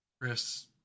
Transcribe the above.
Chris